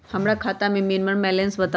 हमरा खाता में मिनिमम बैलेंस बताहु?